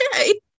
okay